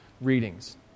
readings